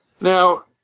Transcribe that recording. Now